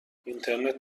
اینترنت